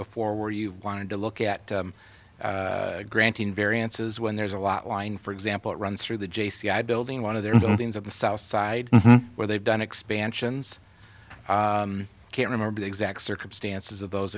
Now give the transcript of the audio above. before where you wanted to look at granting variances when there's a lot line for example it runs through the j c i building one of their buildings in the south side where they've done expansions i can't remember the exact circumstances of those